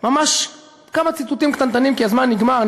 ממש כמה ציטוטים קטנטנים כי הזמן נגמר: